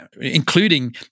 including